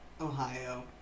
Ohio